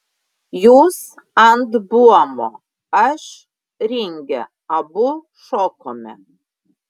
jūs ant buomo aš ringe abu šokome